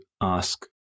ask